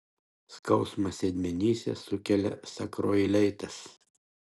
skausmą sėdmenyse sukelia sakroileitas